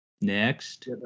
Next